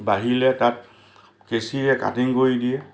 বাঢ়িলে তাক কেঁচীৰে কাটিং কৰি দিয়ে